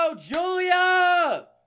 Julia